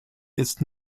ist